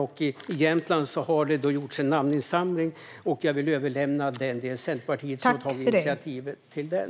I Jämtland har det gjorts en namninsamling, och jag vill överlämna den till ministern nu. Det är Centerpartiet som har tagit initiativet till den.